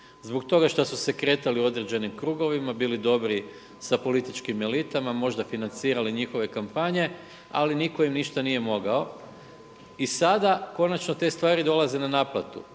Zbog toga što su se kretali u određenim krugovima, bili dobri s političkim elitama, možda financirali njihove kampanje, ali im nitko ništa nije mogao. I sada konačno te stvari dolaze na naplatu.